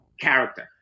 character